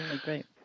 great